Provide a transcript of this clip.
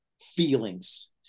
feelings